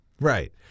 Right